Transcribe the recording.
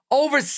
over